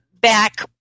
back